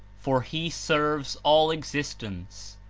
for he serves all existence.